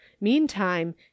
meantime